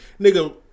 nigga